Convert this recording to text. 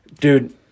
dude